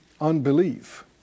Unbelief